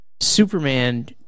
Superman